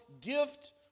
gift